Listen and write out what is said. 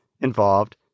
involved